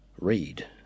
read